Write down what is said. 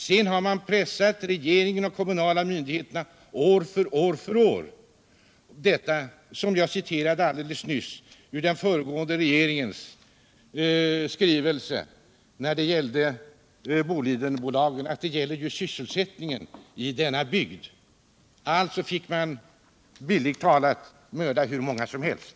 År för år har man sedan pressat regeringen och de kommunala myndigheterna med samma krav som jag nyss citerade ur den föregående regeringens skrivelse i fråga om Bolidenbolaget, ty det gällde sysselsättningen i denna bygd. Bildligt talat fick man alltså mörda hur många som helst.